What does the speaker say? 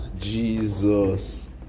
Jesus